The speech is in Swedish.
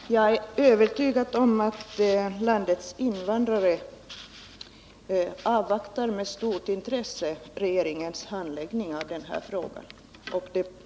Herr talman! Jag är övertygad om att landets invandrare med stort intresse avvaktar regeringens handläggning av den här frågan.